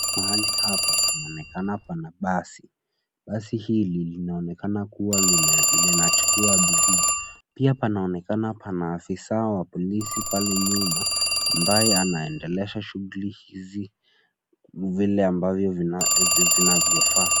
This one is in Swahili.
Mahali hapa panaonekana pana basi. Basi hili linaonekana kuwa linachukua abiria. Pia, panaonekana kuna afisa wa polisi pale nyuma ambaye anaendesha shughuli hizi vile ambavyo zinavyofaa.